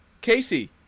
Casey